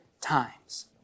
times